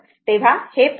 तर ते 0